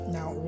Now